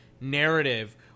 narrative